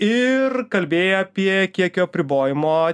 ir kalbėjai apie kiekio apribojimo